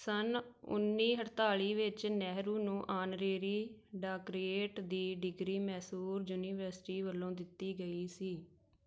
ਸੰਨ ਉੱਨੀ ਅਠਤਾਲੀ ਵਿੱਚ ਨਹਿਰੂ ਨੂੰ ਆਨਰੇਰੀ ਡਾਕਟਰੇਟ ਦੀ ਡਿਗਰੀ ਮੈਸੂਰ ਯੂਨੀਵਰਸਿਟੀ ਵੱਲੋਂ ਦਿੱਤੀ ਗਈ ਸੀ